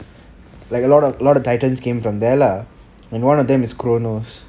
like a lot of a lot of titans came from there lah and one of them is cronus